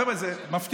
חבר'ה, זה מפתיע.